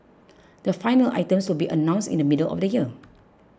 the final items will be announced in the middle of the year